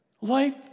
Life